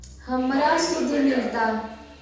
हमरा शुद्ध मिलता?